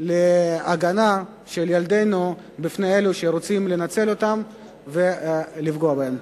שיאפשר הגנה על ילדינו מפני אלה שרוצים לנצל אותם ולפגוע בהם.